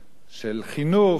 של אהבת האדם,